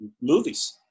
movies